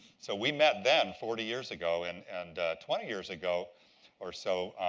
so we met them forty years ago. and and twenty years ago or so,